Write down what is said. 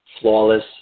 flawless